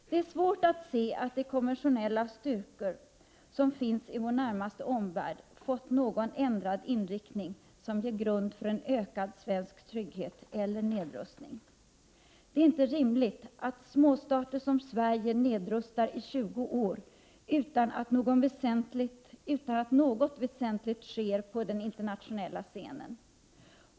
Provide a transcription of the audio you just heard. Det är svårt att se att de konventionella styrkor som finns i vår närmaste omvärld har fått en ändrad inriktning, som kan utgöra grund för en ökad svensk trygghet eller nedrustning. Det är inte rimligt att småstater som Sverige nedrustar i 20 år, utan att något väsentligt sker på den internationella scenen.